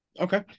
Okay